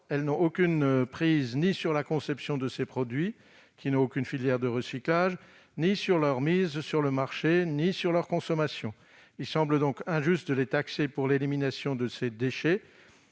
n'ont de prise ni sur la conception de ces produits, qui n'ont aucune filière de recyclage, ni sur leur mise sur le marché, ni sur leur consommation. Il semble donc injuste de les taxer pour l'élimination de ces déchets